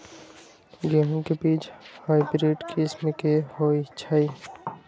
गेंहू के बीज हाइब्रिड किस्म के होई छई?